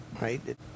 right